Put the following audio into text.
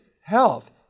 health